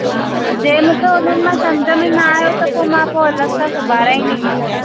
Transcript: हा जंहिं मूंखे उन्हनि मां सम्झि में न आहियो त पोइ मां पोइ अलॻि सां सिबाराईंदी मांव